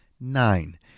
Nine